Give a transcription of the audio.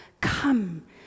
come